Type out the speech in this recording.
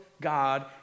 God